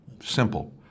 Simple